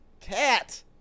Cat